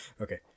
Okay